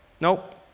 Nope